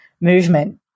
movement